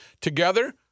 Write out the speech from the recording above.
together